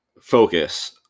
focus